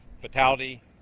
fatality